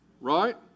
right